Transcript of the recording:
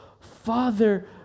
Father